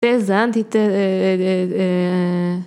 האזנתי אהההה